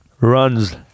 runs